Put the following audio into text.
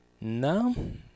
No